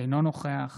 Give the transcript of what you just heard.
אינו נוכח